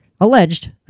Alleged